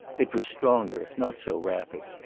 it was stronger, not so rapid.